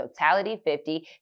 totality50